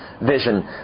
vision